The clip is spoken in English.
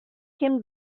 can